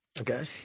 Okay